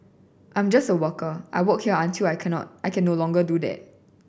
I'm just a worker and work here until I can not I can no longer do that